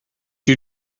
you